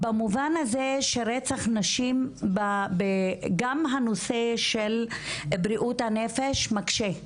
במובן הזה של רצח נשים וגם הנושא של בריאות הנפש מקשה.